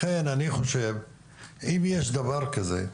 לכן אני חושב שאם יש דבר כזה,